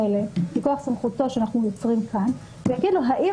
אליהם מכוח סמכותו שאנחנו יוצרים כאן ויגיד לו: האם